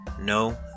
No